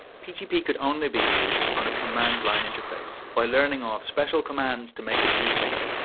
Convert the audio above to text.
pgp could only be used on a command line interface, by learning off special commands to make it do things,